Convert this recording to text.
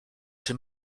czy